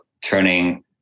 turning